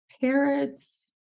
parrots